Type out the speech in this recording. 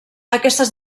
aquestes